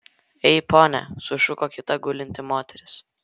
ei pone sušuko kita gulinti moteris